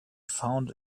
found